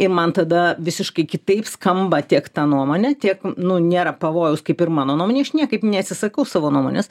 ir man tada visiškai kitaip skamba tiek ta nuomonė tiek nu nėra pavojaus kaip ir mano nuomonei aš niekaip neatsisakau savo nuomonės